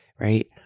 right